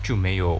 就没有